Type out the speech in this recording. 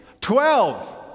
Twelve